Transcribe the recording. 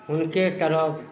हुनके तरफ